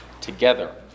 together